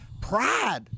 pride